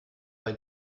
bei